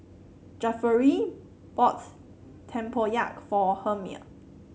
Jefferey bought tempoyak for Helmer